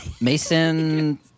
Mason